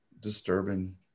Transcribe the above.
disturbing